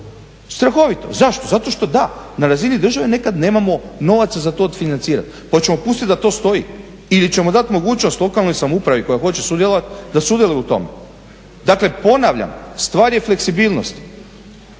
Strahovito. Zašto? Zato što da. Na razini države nekad nemamo novaca za to odfinancirati. Pa hoćemo pustiti da to stoji ili ćemo dati mogućnost lokalnoj samoupravi koja hoće sudjelovati da sudjeluje u tome. Dakle, ponavljam stvar je fleksibilnosti.